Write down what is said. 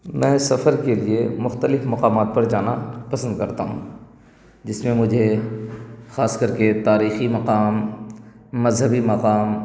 میں سفر کے لیے مختلف مقامات پر جانا پسند کرتا ہوں جس میں مجھے خاص کر کے تاریخی مقام مذہبی مقام